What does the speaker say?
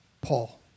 Paul